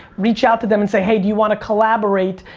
reach out to them and say, hey, do you want to collaborate?